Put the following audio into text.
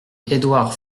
édouard